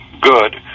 good